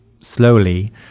slowly